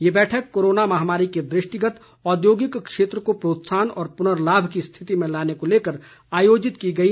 ये बैठक कोरोना महामारी के दृष्टिगत औद्योगिक क्षेत्र को प्रोत्साहन और पूर्नलाभ की स्थिति में लाने को लेकर आयोजित की गई